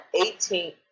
18th